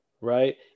right